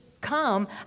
come